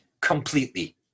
completely